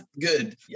Good